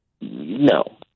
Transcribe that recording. No